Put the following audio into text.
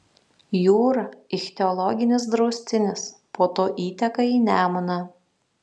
jūra ichtiologinis draustinis po to įteka į nemuną